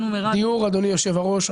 אדוני היושב ראש,